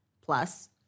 Plus